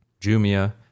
Jumia